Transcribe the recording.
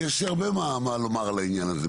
יש לי הרבה מה לומר על העניין הזה,